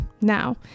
now